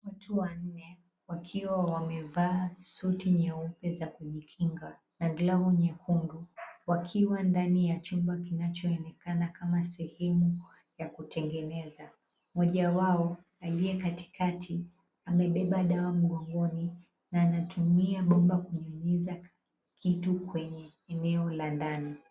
Watu wanne, wakiwa wamevaa suti nyeupe za kujikinga na glavu nyekundu wakiwa ndani ya chumba kinachoonekana kama sehemu ya kutengeneza. Mmoja wao aliyekatikati amebeba dawa mgongoni na anatumia bomba kuingiza kitu kwenye eneo la ndani.